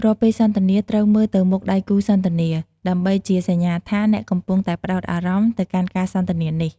រាល់ពេលសន្ទនា ត្រូវមើលទៅមុខដៃគូសន្ទនា ដើម្បីជាសញ្ញាថា អ្នកកំពុងតែផ្តោតអារម្មណ៍ទៅកាន់ការសន្ទនានេះ។